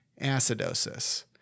acidosis